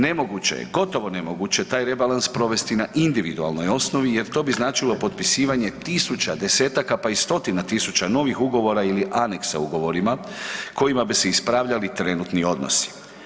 Nemoguće je, gotovo nemoguće taj rebalans provesti na individualnoj osnovi jer to bi značilo potpisivanje tisuća, desetaka, pa i stotina tisuća novih ugovora ili aneksa ugovorima kojima bi se ispravljali trenutni odnosi.